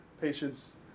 patients